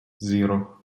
zero